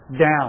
down